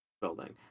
Building